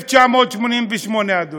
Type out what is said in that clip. ב-1988, אדוני,